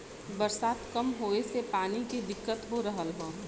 बरसात कम होए से पानी के दिक्कत हो रहल हौ